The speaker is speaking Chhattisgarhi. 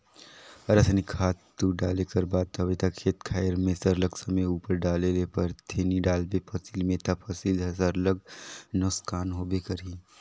रसइनिक खातू डाले कर बात हवे ता खेत खाएर में सरलग समे उपर डाले ले परथे नी डालबे फसिल में ता फसिल हर सरलग नोसकान होबे करही